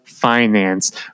finance